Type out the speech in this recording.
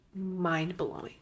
mind-blowing